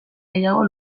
gehiago